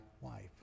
wife